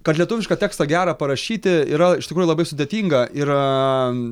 kad lietuvišką tekstą gerą parašyti yra iš tikrųjų labai sudėtinga yra